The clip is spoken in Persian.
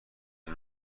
نوع